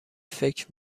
فکر